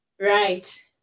Right